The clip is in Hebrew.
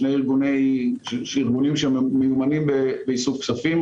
שני ארגונים שהם מיומנים באיסוף כספים.